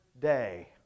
Day